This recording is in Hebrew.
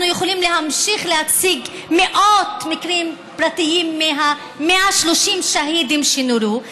אנחנו יכולים להמשיך להציג מאות מקרים פרטיים מ-130 השהידים שנורו,